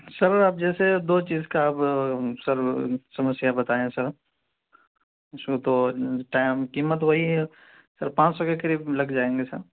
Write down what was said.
سر اب جیسے دو چیز کا اب سر سمسیا بتائے ہیں سر اس میں تو ٹائم قیمت وہی ہے سر پانچ سو کے قریب لگ جائیں گے سر